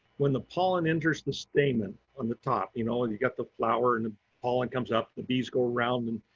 when the pollen enters the stamen on the top. you know, and you got the flower and pollen comes up, the bees go around, and